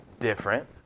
different